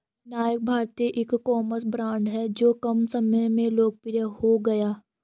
नायका भारतीय ecommerce brand हैं जो कम समय में लोकप्रिय हो गया